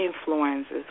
influences